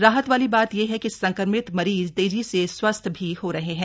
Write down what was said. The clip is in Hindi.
राहत वाली बात यह है कि संक्रमित मरीज तेजी से स्वस्थ भी हो रहे हैं